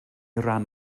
ran